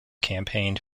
campaigned